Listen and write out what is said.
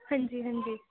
ہاں جی ہاں جی